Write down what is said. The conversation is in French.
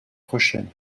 prochaine